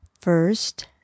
first